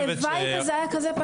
הלוואי וזה היה כזה פשוט.